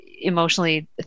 emotionally